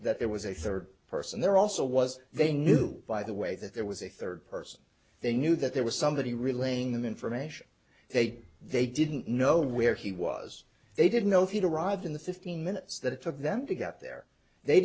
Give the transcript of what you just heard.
that there was a third person there also was they knew by the way that there was a third person they knew that there was somebody relaying the information they they didn't know where he was they didn't know if you know arrived in the fifteen minutes that it took them to get there they